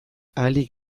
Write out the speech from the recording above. ahalik